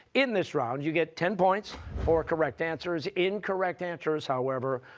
in this round you get ten points for correct answers, incorrect answers, however,